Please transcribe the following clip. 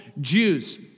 Jews